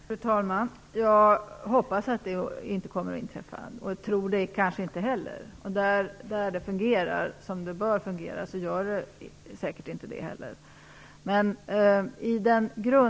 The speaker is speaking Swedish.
Fru talman! Jag hoppas att det inte inträffar, och tror kanske inte att det heller gör det. Där detta fungerar som det bör fungera blir det säkert inte så.